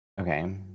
Okay